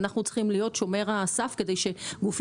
ואנחנו צריכים להיות שומר הסף כדי שגופים